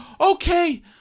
Okay